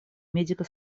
медико